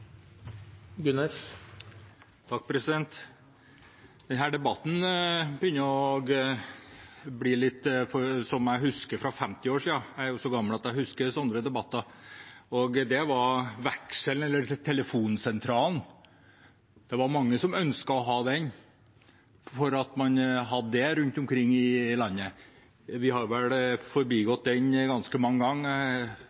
så gammel at jeg husker sånne debatter. Det var vekselen eller telefonsentralen, det var mange som ønsket å ha det, for man hadde det rundt omkring i landet. Vi har vel